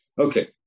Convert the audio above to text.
Okay